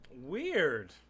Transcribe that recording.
Weird